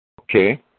Okay